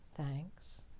thanks